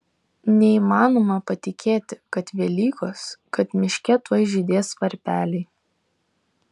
neįmanoma patikėti kad velykos kad miške tuoj žydės varpeliai